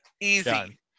Easy